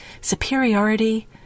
superiority